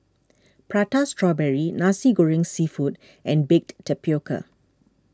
Prata Strawberry Nasi Goreng Seafood and Baked Tapioca